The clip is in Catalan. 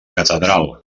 catedral